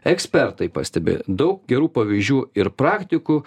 ekspertai pastebi daug gerų pavyzdžių ir praktikų